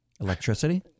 Electricity